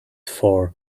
called